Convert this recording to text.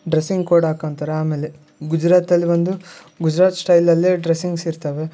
dressing code ಹಾಕೊತಾರೆ ಆಮೇಲೆ ಗುಜ್ರಾತಲ್ಲಿ ಬಂದು ಗುಜರಾತ್ ಶ್ಟೈಲಲ್ಲೇ ಡ್ರಸಿಂಗ್ಸ್ ಇರ್ತವೆ